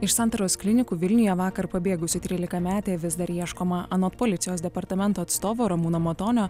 iš santaros klinikų vilniuje vakar pabėgusi trylikametė vis dar ieškoma anot policijos departamento atstovo ramūno matonio